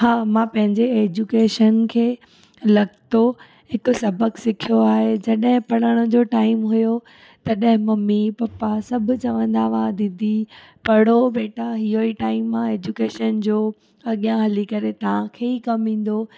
हा मां पंहिंजी एजुकेशन खे लॻितो हिकु सबकु सिखियो आहे जॾहिं पढ़ण जो टाइम हुओ तॾहिं मम्मी पप्पा सभु चवंदा हुआ दीदी पढ़ो बेटा इहो ई टाइम आहे एजुकेशन जो अॻियां हली करे तव्हांखे ई कमु ईंदो